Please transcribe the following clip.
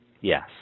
Yes